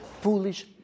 foolish